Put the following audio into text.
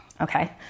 Okay